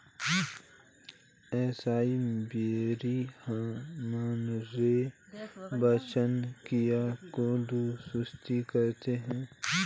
acai berry हमारी पाचन क्रिया को दुरुस्त करता है